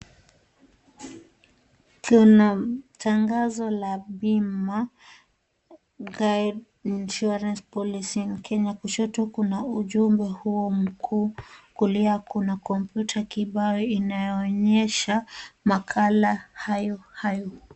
Kuna tangazo la bima guide insurance policy in Kenya. Kushoto kuna ujumbe huo mkuu, kulia kuna kompyuta kibao inayoonyesha makala hayo hayo.